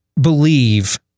believe